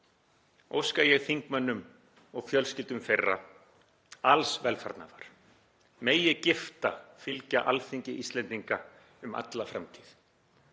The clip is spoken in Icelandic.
óska ég þingmönnum og fjölskyldum þeirra alls velfarnaðar. Megi gifta fylgja Alþingi Íslendinga um alla framtíð.